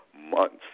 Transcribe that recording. months